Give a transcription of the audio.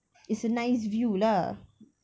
it's a nice view lah